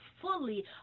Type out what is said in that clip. fully